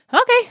okay